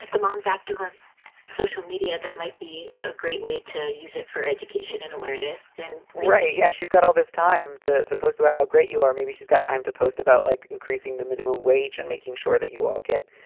the mom's active on social media. that might be a great way to use it for education and awareness and right. yeah. she's got all this time to to post about how great you are. maybe she's got time to post about, like, increasing the minimum wage and making sure that you all get,